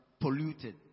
polluted